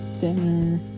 dinner